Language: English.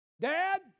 Dad